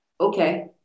okay